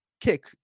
kick